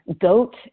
goat